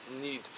need